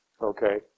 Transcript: Okay